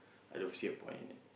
I don't see a point in it